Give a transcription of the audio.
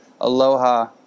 Aloha